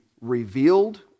revealed